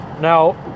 now